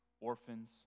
Orphans